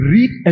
Read